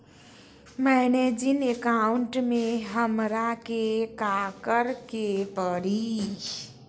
मैंने जिन अकाउंट में हमरा के काकड़ के परी?